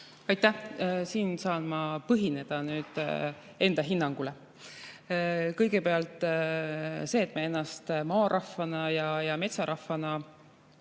Aitäh! Siin saan ma põhineda enda hinnangule. Kõigepealt see, et me ennast maarahvana ja metsarahvana